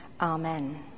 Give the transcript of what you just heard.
Amen